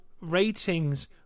ratings